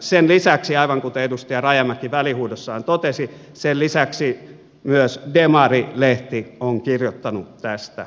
sen lisäksi aivan kuten edustaja rajamäki välihuudossaan totesi myös demari lehti on kirjoittanut tästä näkyvästi